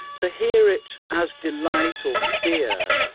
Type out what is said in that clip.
to hear it as delight or fear,